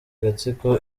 agatsiko